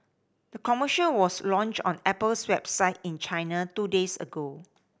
the commercial was launched on Apple's website in China two days ago